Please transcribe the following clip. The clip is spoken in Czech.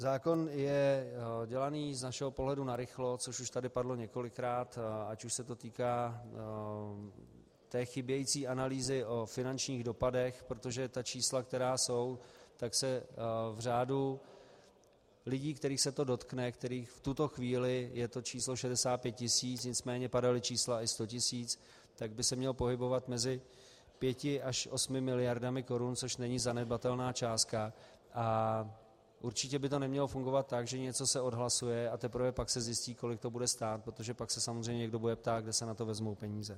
Zákon je dělaný z našeho pohledu narychlo, což už tady padlo několikrát, ať už se to týká té chybějící analýzy o finančních dopadech, protože ta čísla, která jsou, tak se v řádu lidí, kterých se to dotkne, v tuto chvíli je to číslo 65 tisíc, nicméně padala čísla i 100 tisíc, tak by se měl pohybovat mezi 5 až 8 mld. korun, což není zanedbatelná částka, a určitě by to nemělo fungovat tak, že něco se odhlasuje, a teprve pak se zjistí, kolik to bude stát, protože pak se samozřejmě někdo bude ptát, kde se na to vezmou peníze.